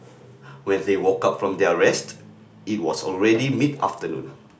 when they woke up from their rest it was already mid afternoon